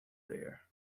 there